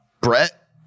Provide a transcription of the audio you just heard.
Brett